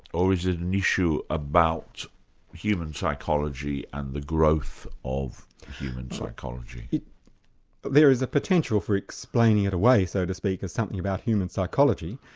or is it an issue about human psychology and the growth of human psychology? there is a potential for explaining it away, so to speak, as something about human psychology,